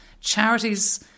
Charities